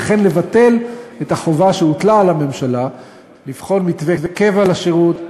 וכן לבטל את החובה שהוטלה על הממשלה לבחון מתווה קבע לשירות,